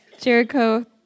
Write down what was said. Jericho